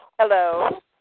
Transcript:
Hello